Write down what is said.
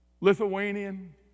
Lithuanian